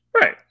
Right